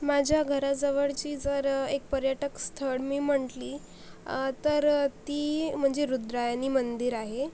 माझ्या घराजवळची जर एक पर्यटक स्थळ मी म्हटलं तर ती म्हणजे रुद्रायणी मंदिर आहे